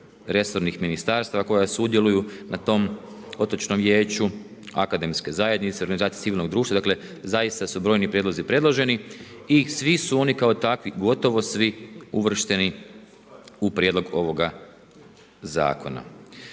resornih ministarstava koja sudjeluju na tom otočnom vijeću, akademske zajednice, organizacija civilnog društva, dakle zaista su brojni prijedlozi predloženi i svi su oni kao takvi, gotovi svi uvršteni u prijedlog ovoga zakona.